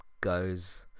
goes